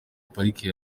pariki